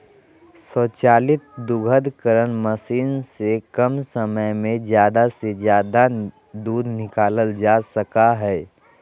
स्वचालित दुग्धकरण मशीन से कम समय में ज़्यादा से ज़्यादा दूध निकालल जा सका हइ